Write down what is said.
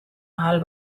ahal